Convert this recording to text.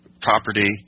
property